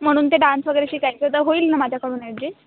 म्हणून ते डान्स वगैरे शिकायचं तर होईल ना माझ्याकडून ॲड्जस्ट